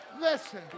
Listen